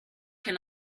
can